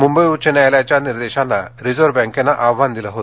मुंबई उच्च न्यायालयाच्या निर्देशाना रिझर्व बँकेनं आव्हान दिलं आहे